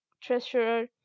treasurer